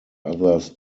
others